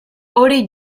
hori